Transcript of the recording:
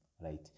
right